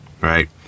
right